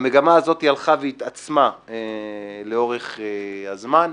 המגמה הזאת הלכה והתעצמה לאורך הזמן.